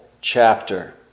chapter